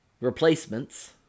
replacements